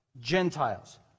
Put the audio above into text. Gentiles